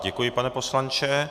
Děkuji, pane poslanče.